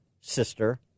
sister